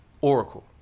Oracle